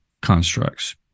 constructs